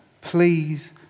please